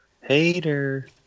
Hater